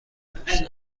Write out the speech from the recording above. دوست